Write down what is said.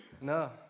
no